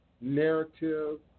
narrative